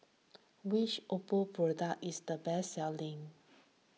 which Oppo product is the best selling